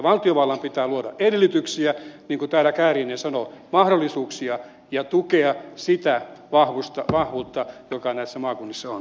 valtiovallan pitää luoda edellytyksiä niin kuin täällä kääriäinen sanoo mahdollisuuksia ja tukea sitä vahvuutta joka näissä maakunnissa on